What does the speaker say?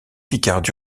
picard